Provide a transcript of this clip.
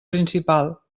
principal